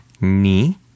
ni